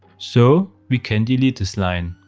so we can delete this line.